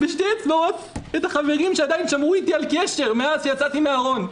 בשתי אצבעות את החברים שעדיין שמרו איתי על קשר מאז שיצאתי מן הארון.